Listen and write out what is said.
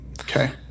okay